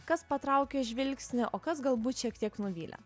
kas patraukė žvilgsnį o kas galbūt šiek tiek nuvylė